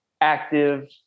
active